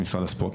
משרד הספורט,